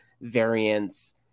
variants